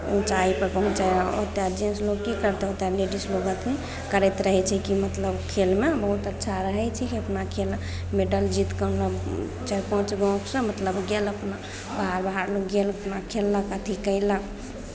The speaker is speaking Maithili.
ऊँचाइपर पहुँचय ओतेक जेन्टस लोक की करतै ओतेक लेडीजसभ रहतै करैत रहै छै कि मतलब खेलमे बहुत अच्छा रहै छिकै अपना खेलल मैडल जीत कऽ मतलब चारि पाँच गो मतलब से गेल अपना बाहर बाहरमे गेल अपना खेललक अथि कयलक